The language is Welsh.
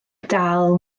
dal